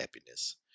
happiness